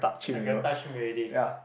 I get touch him already